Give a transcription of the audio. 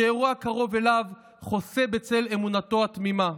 שארו הקרוב אליו חוסה בצל אמונתו התמימה.